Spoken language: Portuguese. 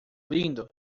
lindo